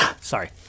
sorry